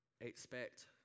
expect